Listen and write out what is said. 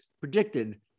predicted